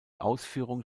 ausführung